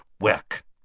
work